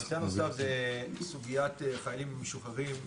הנושא הנוסף הוא סוגיית החיילים המשוחררים.